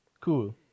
Cool